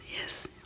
yes